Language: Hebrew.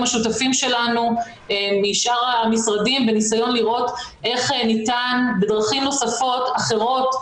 השותפים שלנו משאר המשרדים בניסיון לראות איך ניתן בדרכים נוספות אחרות,